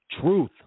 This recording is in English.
truth